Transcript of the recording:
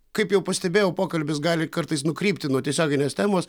kaip jau pastebėjau pokalbis gali kartais nukrypti nuo tiesioginės temos